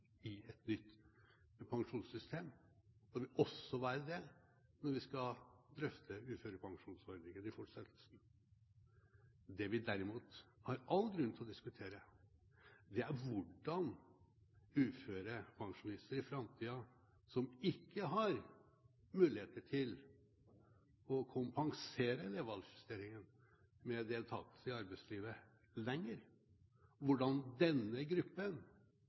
er et bærende prinsipp i et nytt pensjonssystem og vil også være det når vi skal drøfte uførepensjonsordningen i fortsettelsen. Det vi derimot har all grunn til å diskutere, er hvordan uførepensjonister i framtida som ikke lenger har muligheter til å kompensere levealdersjusteringen med deltakelse i arbeidslivet,